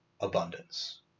Abundance